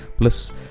Plus